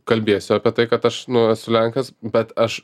kalbėsiu apie tai kad aš esu lenkas bet aš